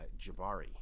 Jabari